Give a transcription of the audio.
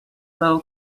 low